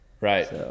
right